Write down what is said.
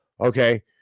Okay